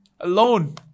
alone